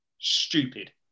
stupid